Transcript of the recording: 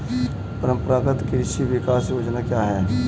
परंपरागत कृषि विकास योजना क्या है?